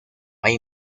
hay